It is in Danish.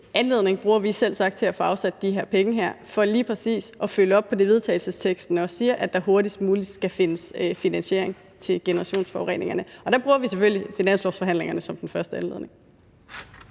anledning bruger vi selvsagt til at få afsat de her penge for lige præcis at følge op på det forslag til vedtagelse, der siger, at der hurtigst muligt skal findes finansiering til generationsforureningerne. Der bruger vi selvfølgelig finanslovsforhandlingerne som den første anledning.